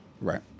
Right